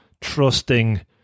trusting